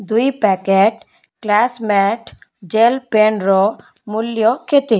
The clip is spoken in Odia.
ଦୁଇ ପ୍ୟାକେଟ୍ କ୍ଳାସମେଟ୍ ଜେଲ୍ ପେନ୍ର ମୂଲ୍ୟ କେତେ